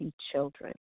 children